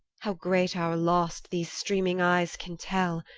how great our lost these streaming eyes can tell,